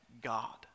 God